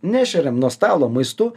nešeriam nuo stalo maistu